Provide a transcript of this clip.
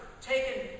taken